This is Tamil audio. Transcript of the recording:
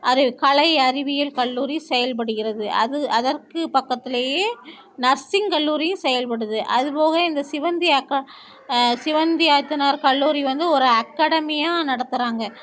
அது கலை அறிவியல் கல்லூரி செயல்படுகிறது அது அதற்கு பக்கத்துலயே நர்ஸிங் கல்லூரியும் செயல்படுது அதுபோக இந்த சிவந்தி அக்கா சிவந்தி ஆதித்தனார் கல்லூரி வந்து ஒரு அக்காடமியாக நடத்துகிறாங்க